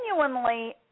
genuinely